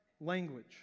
language